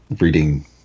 reading